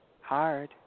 Hard